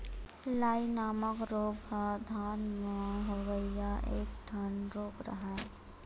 लाई नामक रोग ह धान म होवइया एक ठन रोग हरय